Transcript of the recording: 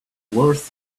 worth